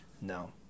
No